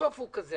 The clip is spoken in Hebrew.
הסוף הוא כזה,